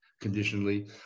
conditionally